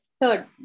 Third